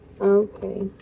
Okay